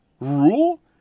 rule